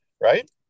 Right